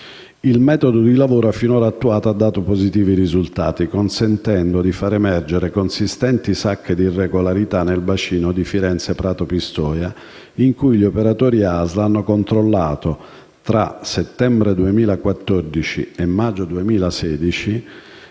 Il metodo di lavoro finora attuato ha dato positivi risultati, consentendo di far emergere consistenti sacche di irregolarità nel bacino di Firenze-Prato-Pistoia, dove gli operatori ASL hanno controllato, tra settembre 2014 e maggio 2016,